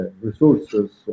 resources